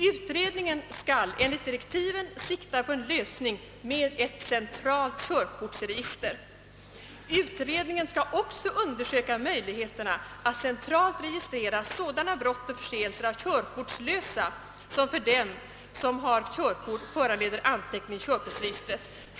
Utredningen skall enligt direktiven sikta på en lösning med ett centralt körkortsregister. Utredningen skall också undersöka möjligheterna att centralt registrera sådana brott och förseelser av körkortslösa som för dem som har körkort föranleder anteckning i körkortsregistret.